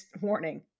warning